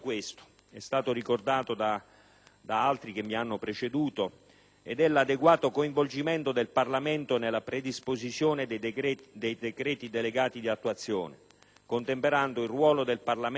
da altri che mi hanno preceduto: un adeguato coinvolgimento del Parlamento nella predisposizione dei decreti delegati di attuazione, contemperando il ruolo del Parlamento con quello delle autonomie.